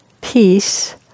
peace